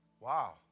Wow